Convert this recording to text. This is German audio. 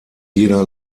jeder